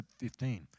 15